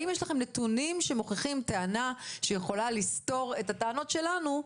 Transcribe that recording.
האם יש לכם נתונים שמוכיחים טענה שיכולה לסתור את הטענות שלנו,